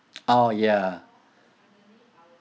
oh ya